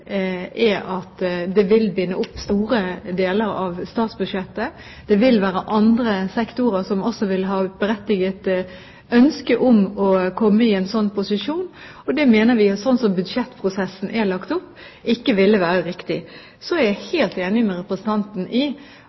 er at det vil binde opp store deler av statsbudsjettet. Det vil være andre sektorer som også vil ha et berettiget ønske om å komme i en slik posisjon, og det mener vi, slik som budsjettprosessen er lagt opp, ikke ville være riktig. Så jeg er helt enig med representanten i